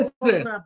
Listen